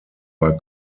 war